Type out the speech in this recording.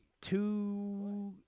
two